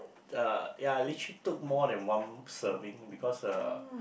uh ya I literally took more than one serving because uh